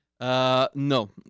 No